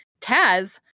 Taz